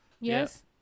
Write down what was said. Yes